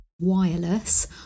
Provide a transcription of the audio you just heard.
wireless